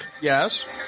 Yes